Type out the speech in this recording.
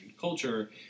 culture